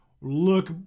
look